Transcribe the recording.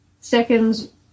seconds